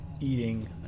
Eating